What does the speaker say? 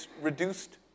reduced